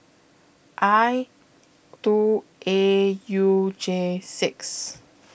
I two A U J six